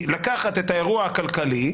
היא לקחת את האירוע הכלכלי.